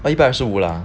一一百二十五啦